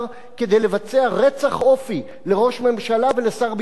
כדי לבצע רצח אופי לראש ממשלה ולשר ביטחון,